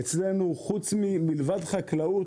אצלנו מלבד חקלאות,